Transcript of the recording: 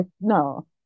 no